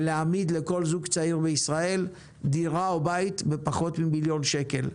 ולהעמיד לכל זוג צעיר בישראל דירה או בית בפחות ממיליון שקל.